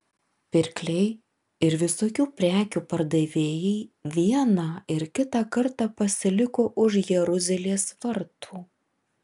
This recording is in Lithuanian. pirkliai ir visokių prekių pardavėjai vieną ir kitą kartą pasiliko už jeruzalės vartų